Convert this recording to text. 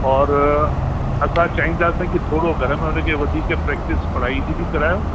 और असां चाहींदासीं की थोरो घर में हुनखे वधीक प्रैक्टिस पढ़ाई जी बि कारायो